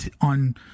on